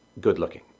good-looking